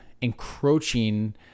encroaching